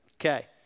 Okay